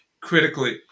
critically